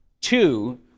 Two